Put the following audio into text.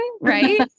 right